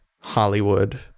Hollywood